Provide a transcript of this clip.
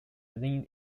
lynn